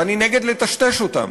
ואני נגד לטשטש אותן.